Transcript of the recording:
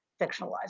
fictionalized